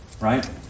right